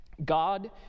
God